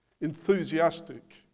enthusiastic